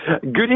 Good